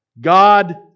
God